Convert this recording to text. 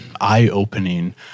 eye-opening